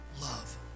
love